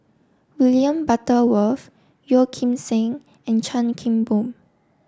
William Butterworth Yeo Kim Seng and Chan Kim Boon